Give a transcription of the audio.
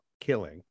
killing